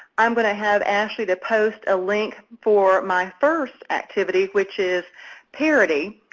i'm going to have ashley to post a link for my first activity, which is parity,